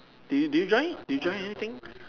do you do you join do you join anything